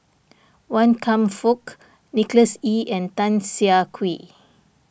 Wan Kam Fook Nicholas Ee and Tan Siah Kwee